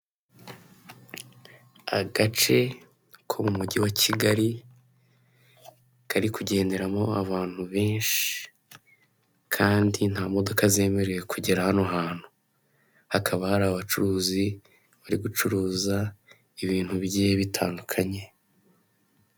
Agace ko mu mujyi wa kigali, kari kugenderamo abantu benshi kandi nta modoka zemerewe kugera hano hantu, hakaba hari abacuruzi bari gucuruza ibintu bigiye bitandukanye.